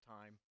time